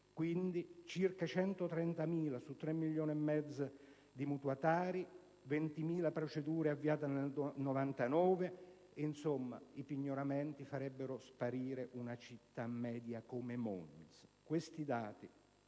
di circa 130.000 su 3,5 milioni di mutuatari, di 20.000 procedure avviate nel 2009. Insomma, i pignoramenti farebbero sparire una città media come Monza. Questi dati,